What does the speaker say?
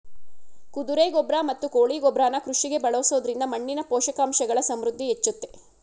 ಕುದುರೆ ಗೊಬ್ರ ಮತ್ತು ಕೋಳಿ ಗೊಬ್ರನ ಕೃಷಿಗೆ ಬಳಸೊದ್ರಿಂದ ಮಣ್ಣಿನ ಪೋಷಕಾಂಶಗಳ ಸಮೃದ್ಧಿ ಹೆಚ್ಚುತ್ತೆ